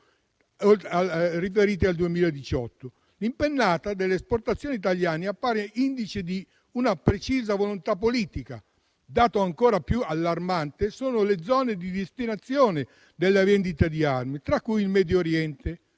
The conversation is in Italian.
L'impennata delle esportazioni italiane appare indice di una precisa volontà politica. Dato ancora più allarmante sono le zone di destinazione della vendita di armi, tra cui il Medio Oriente: